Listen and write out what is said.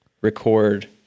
record